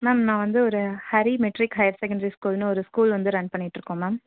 ma'am நான் வந்து ஒரு ஹரி மெட்ரிக் ஹயர் செகண்டரி ஸ்கூல்னு ஒரு ஸ்கூல் வந்து ரன் பண்ணிகிட்டு இருக்கோம் மேம்